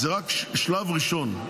זה רק שלב ראשון.